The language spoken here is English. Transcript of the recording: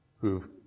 who've